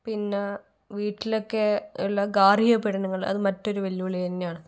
പിന്നെ വീട്ടിലൊക്കെ ഉള്ള ഗാർഹിക പീഡനങ്ങൾ അത് മറ്റൊരു വെല്ലുവിളി തന്നെയാണ്